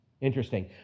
Interesting